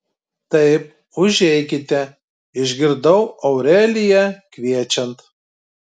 taip užeikite išgirdau aureliją kviečiant